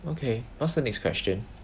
okay what's the next question